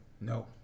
No